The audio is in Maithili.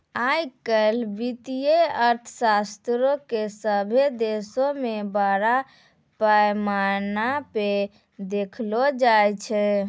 आइ काल्हि वित्तीय अर्थशास्त्रो के सभ्भे देशो मे बड़ा पैमाना पे देखलो जाय छै